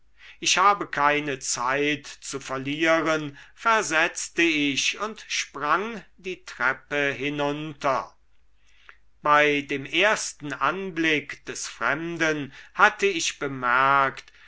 ich habe keine zeit zu verlieren versetzte ich und sprang die treppe hinunter bei dem ersten anblick des fremden hatte ich bemerkt